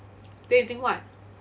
then you think what